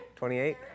28